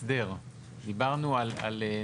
אני מדבר על הוראות מאסדר.